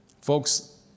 Folks